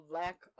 lack